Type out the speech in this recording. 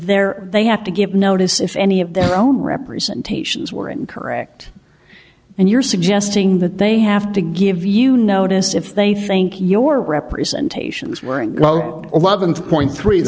their they have to give notice if any of their own representations were incorrect and you're suggesting that they have to give you notice if they think your representations weren't well eleven point three